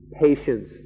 patience